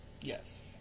yes